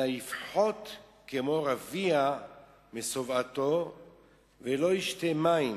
אלא יפחות כמו רביע משובעתו ולא ישתה מים